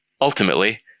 ultimately